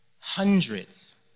Hundreds